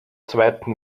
zweiten